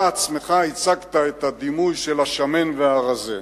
אתה עצמך הצגת את הדימוי של השמן והרזה.